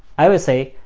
i will say,